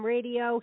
Radio